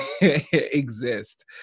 exist